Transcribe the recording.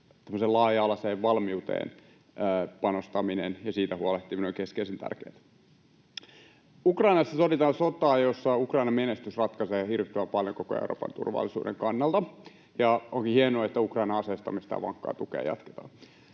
laaja-alaiseen valmiuteen panostaminen ja siitä huolehtiminen on keskeisen tärkeää. Ukrainassa soditaan sotaa, jossa Ukrainan menestys ratkaisee hirvittävän paljon koko Euroopan turvallisuuden kannalta, ja onkin hienoa, että Ukrainan aseistamista ja vankkaa tukea jatketaan.